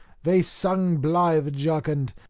they sung blithe jocund,